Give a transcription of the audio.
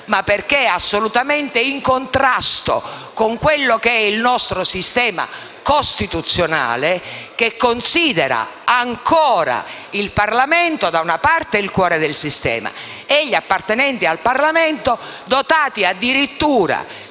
perché assolutamente in contrasto con il nostro sistema costituzionale, che considera ancora il Parlamento il cuore del sistema e gli appartenenti al Parlamento dotati addirittura